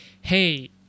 hey